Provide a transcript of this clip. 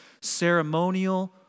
ceremonial